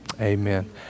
Amen